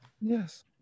Yes